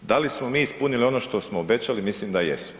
Da li smo mi ispunili ono što smo obećali, mislim da jesmo.